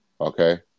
Okay